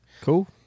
cool